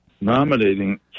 nominating